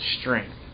strength